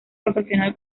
profesional